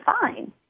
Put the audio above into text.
fine